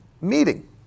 meeting